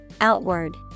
Outward